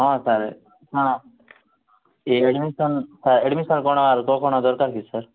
ହଁ ସାର୍ ହଁ admission admission କ'ଣ ୟାର କ'ଣ ଦରକାର୍ କି ସାର୍